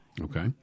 Okay